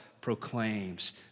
proclaims